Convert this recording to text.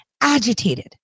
agitated